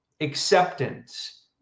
acceptance